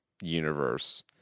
universe